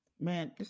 man